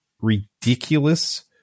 ridiculous